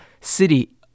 city